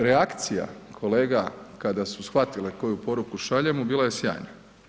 Reakcija kolega kada su shvatile koju poruku šaljemo bila je sjajna.